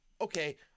okay